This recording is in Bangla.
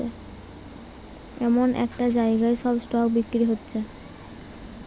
এমন একটা জাগায় সব স্টক বিক্রি হচ্ছে